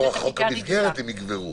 הם יגברו